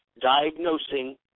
diagnosing